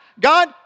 God